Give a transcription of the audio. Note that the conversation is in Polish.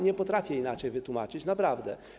Nie potrafię tego inaczej wytłumaczyć, naprawdę.